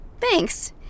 Thanks